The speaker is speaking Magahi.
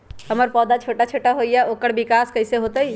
हमर पौधा छोटा छोटा होईया ओकर विकास कईसे होतई?